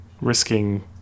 risking